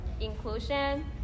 inclusion